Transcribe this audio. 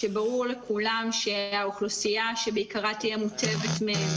שברור לכולם שהאוכלוסייה שבעיקרה תהיה מוטבת מהם